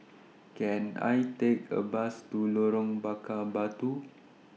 Can I Take A Bus to Lorong Bakar Batu